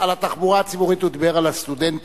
על התחבורה הציבורית הוא דיבר על הסטודנטים,